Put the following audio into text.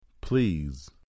Please